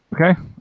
Okay